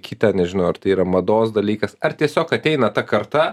kitą nežinau ar tai yra mados dalykas ar tiesiog ateina ta karta